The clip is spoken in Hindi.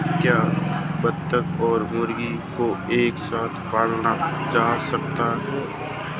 क्या बत्तख और मुर्गी को एक साथ पाला जा सकता है?